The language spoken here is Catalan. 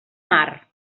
mar